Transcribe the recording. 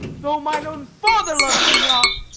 though mine own father loves me not!